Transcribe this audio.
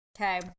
Okay